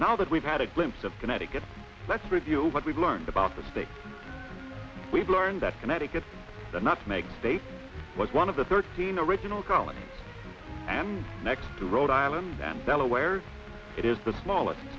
now that we've had a glimpse of connecticut let's review what we've learned about the state we've learned that connecticut not make state was one of the thirteen original colonies and next to rhode island and delaware it is the smallest